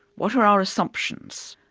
what are our assumptions,